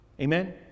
Amen